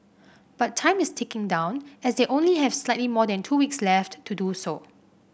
but time is ticking down as they only have slightly more than two weeks left to do so